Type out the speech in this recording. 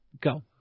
go